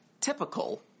typical